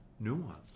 Nuance